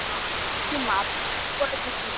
না